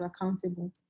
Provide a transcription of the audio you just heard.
accountable